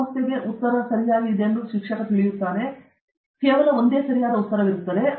ಮತ್ತು ಸಮಸ್ಯೆಗೆ ಉತ್ತರವನ್ನು ಹೊಂದಿದೆಯೆಂದು ಶಿಕ್ಷಕ ತಿಳಿದಿರುತ್ತಾನೆ ಮತ್ತು ಅದಕ್ಕಾಗಿ ಕೇವಲ ಒಂದು ಸರಿಯಾದ ಉತ್ತರವಿದೆ